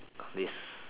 this